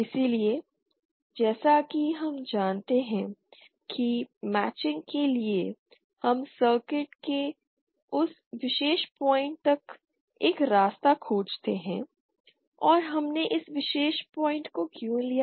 इसलिए जैसा कि हम जानते हैं कि मैचिंग के लिए हम सेंटर के उस विशेष पॉइंट तक एक रास्ता खोजते हैं और हमने इस विशेष पॉइंट को क्यों लिया